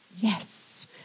Yes